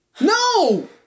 No